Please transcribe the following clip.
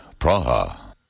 Praha